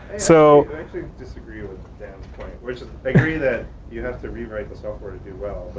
so. i actually disagree with dan's point which i agree that you have to rewrite the software to do well